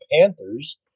Panthers